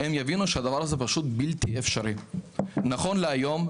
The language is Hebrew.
הם יבינו שזה פשוט בלתי אפשרי נכון להיום.